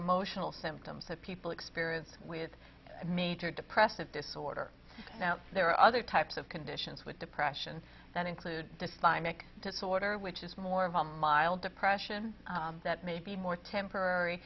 emotional symptoms that people experience with major depressive disorder now there are other types of conditions with depression that include define make disorder which is more of a mild depression that may be more temporary